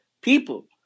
people